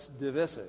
divisive